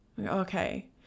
Okay